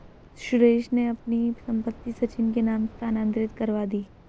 सुरेश ने अपनी संपत्ति सचिन के नाम स्थानांतरित करवा दी